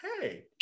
Hey